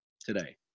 today